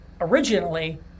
originally